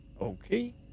Okay